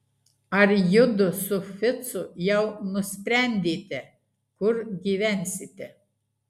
ar judu su ficu jau nusprendėte kur gyvensite